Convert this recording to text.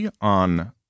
on